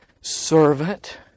servant